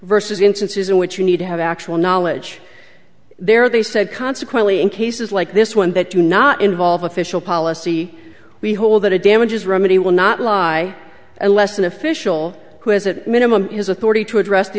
versus instances in which you need to have actual knowledge there they said consequently in cases like this one that do not involve official policy we hold that it damages remedy will not lie unless an official who has a minimum has authority to address the